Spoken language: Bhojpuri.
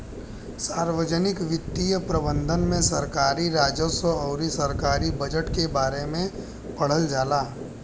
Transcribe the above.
सार्वजनिक वित्तीय प्रबंधन में सरकारी राजस्व अउर सरकारी बजट के बारे में पढ़ल जाला